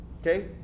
Okay